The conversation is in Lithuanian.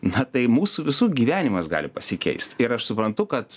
na tai mūsų visų gyvenimas gali pasikeist ir aš suprantu kad